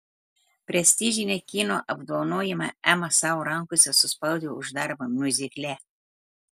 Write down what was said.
prestižinį kino apdovanojimą ema savo rankose suspaudė už darbą miuzikle